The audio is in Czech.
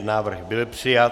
Návrh byl přijat.